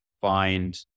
find